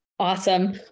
Awesome